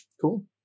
Cool